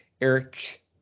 Eric